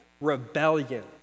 rebellion